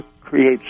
creates